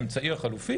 אמצעי חלופי